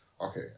okay